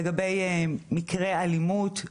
לגבי מקרי אלימות,